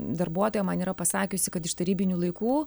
darbuotoja man yra pasakiusi kad iš tarybinių laikų